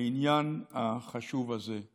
בעניין החשוב הזה.